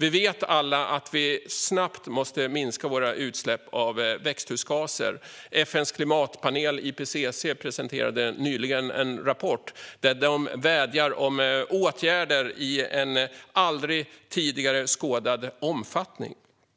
Vi vet alla att vi snabbt måste minska våra utsläpp av växthusgaser. FN:s klimatpanel, IPCC, presenterade nyligen en rapport där de vädjar om åtgärder i en aldrig tidigare skådad omfattning.